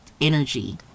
energy